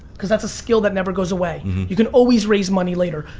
because that's a skill that never goes away. you can always raise money later.